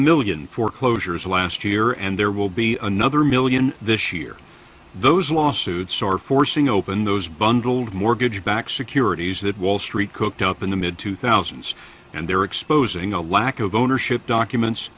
million foreclosures last year and there will be another million this year those lawsuits or forcing open those bundled mortgage backed securities that wall street cooked up in the mid two thousand and they're exposing a lack of ownership documents